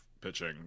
pitching